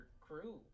crew